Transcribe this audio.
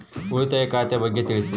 ಉಳಿತಾಯ ಖಾತೆ ಬಗ್ಗೆ ತಿಳಿಸಿ?